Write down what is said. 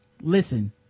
listen